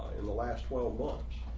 in the last twelve months,